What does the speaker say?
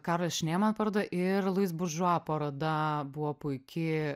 karol šnėman paroda ir luis buržua paroda buvo puiki